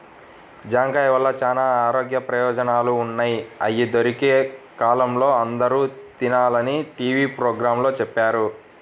జాంకాయల వల్ల చానా ఆరోగ్య ప్రయోజనాలు ఉన్నయ్, అయ్యి దొరికే కాలంలో అందరూ తినాలని టీవీ పోగ్రాంలో చెప్పారు